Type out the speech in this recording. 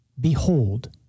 Behold